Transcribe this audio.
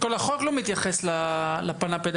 החוק לא מתייחס לפדגוגי?